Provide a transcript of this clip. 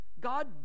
God